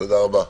תודה רבה.